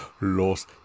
Los